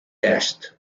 est